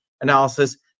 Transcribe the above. analysis